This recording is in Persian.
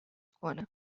کنم